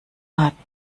hat